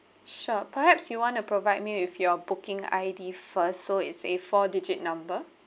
sure perhaps you want to provide me with your booking I_D first so it's a four digit number